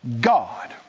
God